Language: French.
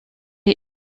est